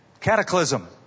Cataclysm